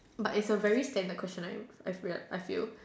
but it's a very standard question lah I I feel like I feel